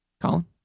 colin